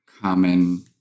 common